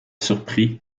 surpris